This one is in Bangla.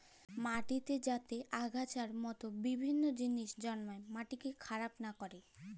মাটিল্লে যাতে আগাছার মত বিভিল্ল্য জিলিস জল্মায় মাটিকে খারাপ লা ক্যরে